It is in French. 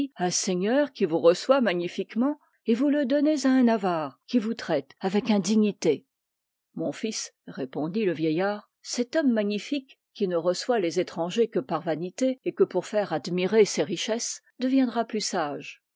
un seigneur qui vous reçoit magnifiquement et vous le donnez à un avare qui vous traite avec indignité mon fils répondit le vieillard cet homme magnifique qui ne reçoit les étrangers que par vanité et pour faire admirer ses richesses deviendra plus sage